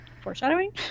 foreshadowing